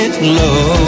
Love